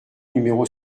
numéro